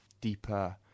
deeper